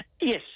Yes